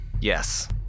Yes